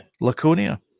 Laconia